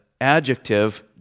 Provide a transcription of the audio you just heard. adjective